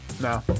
No